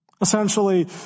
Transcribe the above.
Essentially